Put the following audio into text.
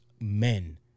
men